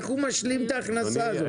איך הוא ישלים את ההכנסה הזאת?